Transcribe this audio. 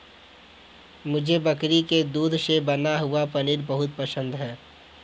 मुझे बकरी के दूध से बना हुआ पनीर बहुत पसंद है